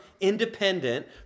independent